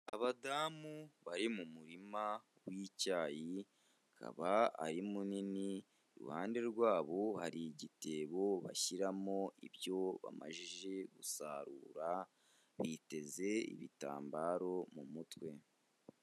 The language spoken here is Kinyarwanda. Abadamu bari mu murima w'icyayi akaba ari munini iruhande rwabo hari igitebo bashyiramo ibyo bamajije gusarura biteze ibitambaro mu mutwe.